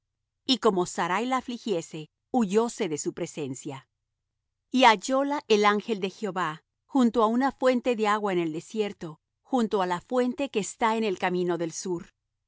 y como sarai la afligiese huyóse de su presencia y hallóla el ángel de jehová junto á una fuente de agua en el desierto junto á la fuente que está en el camino del sur y